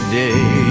day